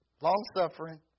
long-suffering